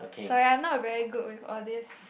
sorry I'm not very good with all these